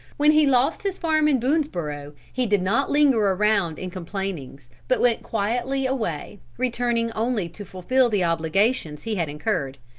when he lost his farm in boonesborough, he did not linger around in complainings, but went quietly away, returning only to fulfil the obligations he had incurred.